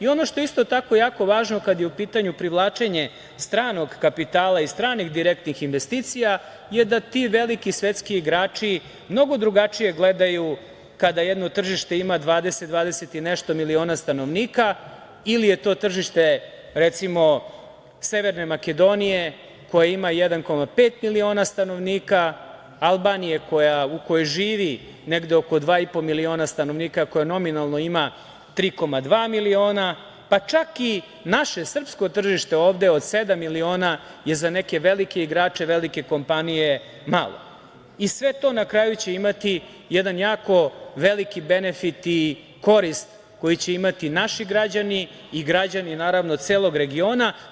Ono što je isto tako jako važno kada je u pitanju privlačenje stranog kapitala i stranih direktnih investicija je da ti veliki svetski igrači mnogo drugačije gledaju kada jedno tržište ima 20, 20 i nešto miliona stanovnika ili je to tržište recimo Severne Makedonije koja ima 1,5 miliona stanovnika, Albanije u kojoj živi negde oko 2,5 miliona stanovnika, koje nominalno ima 3,2 miliona, pa čak i naše srpsko tržište ovde od sedam miliona je za neke velike igrače, velike kompanije malo i sve to na kraju će imati jedan jako veliki benefit i korist koju će imati naši građani i građani celog regiona.